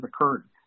occurred